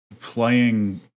playing